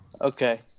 Okay